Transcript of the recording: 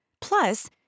Plus